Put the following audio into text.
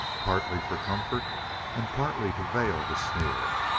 partly for comfort and partly to veil the sneer.